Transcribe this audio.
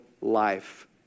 life